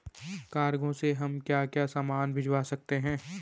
Cargo में हम क्या क्या सामान भिजवा सकते हैं?